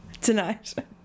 Tonight